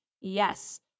yes